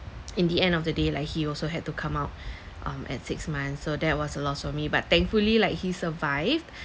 in the end of the day like he also had to come out um at six months so that was a loss for me but thankfully like he survived